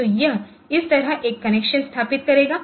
तो यह इस तरह एक कनेक्शन स्थापित करेगा